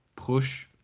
push